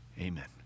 amen